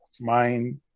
mind